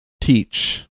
teach